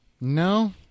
No